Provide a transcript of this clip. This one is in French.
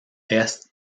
est